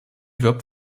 wirbt